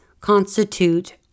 constitute